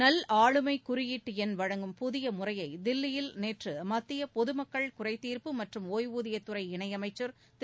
நல்ஆளுமை குறியீட்டு எண் வழங்கும் புதிய முறையை தில்லியில் நேற்று மத்திய பொது மக்கள் குறைதீர்ப்பு மற்றும் ஒய்வூதியத்துறை இணையமைச்சர் திரு